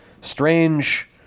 strange